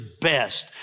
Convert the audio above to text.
best